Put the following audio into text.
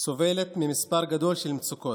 סובלת ממספר גדול של מצוקות: